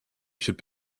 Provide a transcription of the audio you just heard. should